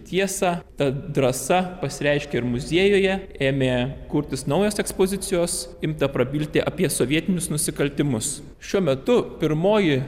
tiesą ta drąsa pasireiškė ir muziejuje ėmė kurtis naujos ekspozicijos imta prabilti apie sovietinius nusikaltimus šiuo metu pirmoji